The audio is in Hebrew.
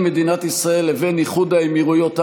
מדינת ישראל לבין איחוד האמירויות הערביות.